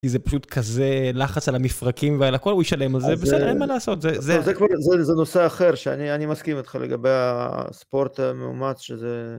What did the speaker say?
כי זה פשוט כזה לחץ על המפרקים ועל הכל, הוא יישלם לזה, בסדר, אין מה לעשות, זה... זה כבר... זה נושא אחר, שאני מסכים איתך לגבי הספורט המאומץ, שזה...